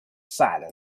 silent